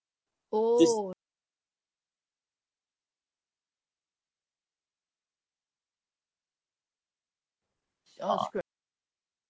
oh I want to scrap